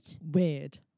Weird